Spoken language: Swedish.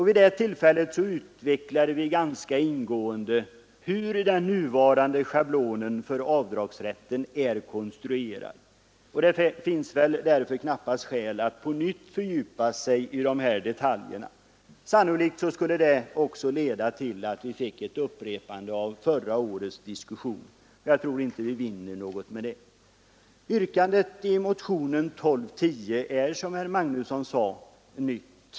Vid det tillfället utvecklade vi ganska ingående hur den nuvarande schablonen för avdragsrätten är konstruerad. Det finns därför knappast skäl att på nytt fördjupa sig i dessa detaljer. Sannolikt skulle det också leda till ett upprepande av förra årets diskussion. Jag tror inte vi vinner något med det. Yrkandet i motionen 1210 är, som herr Magnusson i Borås sade, nytt.